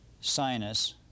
sinus